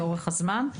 לאורך הזמן.